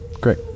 Great